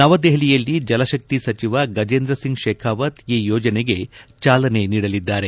ನವದೆಹಲಿಯಲ್ಲಿ ಜಲ ಶಕ್ತಿ ಸಚಿವ ಗಜೇಂದ್ರ ಸಿಂಗ್ ಶೇಖಾವತ್ ಈ ಯೋಜನೆಗೆ ಚಾಲನೆ ನೀಡಲಿದ್ದಾರೆ